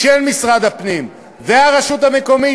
משרד הפנים והרשות המקומית,